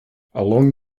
along